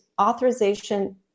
authorization